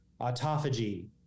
autophagy